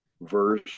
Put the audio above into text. verse